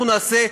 אנחנו נעשה.